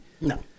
No